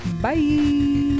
Bye